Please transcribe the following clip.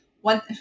one